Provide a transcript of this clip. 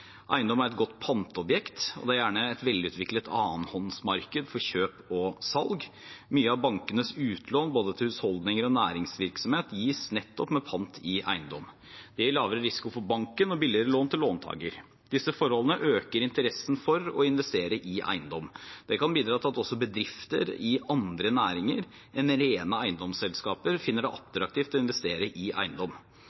Eiendom er et godt panteobjekt, og det er gjerne et velutviklet annenhåndsmarked for kjøp og salg. Mye av bankenes utlån, både til husholdninger og næringsvirksomhet, gis nettopp med pant i eiendom. Det gir lavere risiko for banken og billigere lån til låntaker. Disse forholdene øker interessen for å investere i eiendom. Det kan bidra til at også bedrifter i andre næringer enn rene eiendomsselskaper finner det